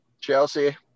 Chelsea